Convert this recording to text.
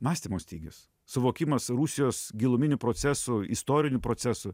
mąstymo stygius suvokimas rusijos giluminių procesų istorinių procesų